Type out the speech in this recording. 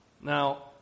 Now